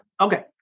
Okay